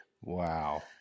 wow